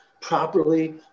properly